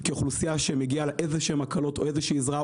כאוכלוסייה שמגיע לה איזה שהן הקלות או איזה שהיא עזרה,